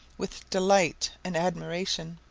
with delight and admiration.